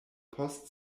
post